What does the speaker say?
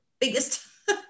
biggest